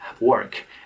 work